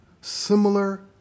similar